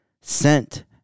sent